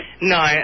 No